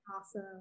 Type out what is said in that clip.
Awesome